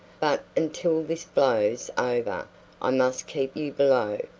but until this blows over i must keep you below.